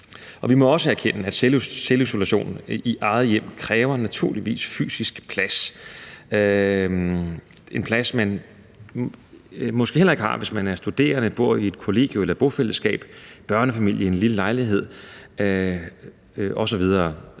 Vi må jo også erkende, at selvisolation i eget hjem naturligvis kræver fysisk plads – plads, man måske ikke har, hvis man er studerende, der bor på et kollegie eller i et bofællesskab, eller er en børnefamilie i en lille lejlighed osv.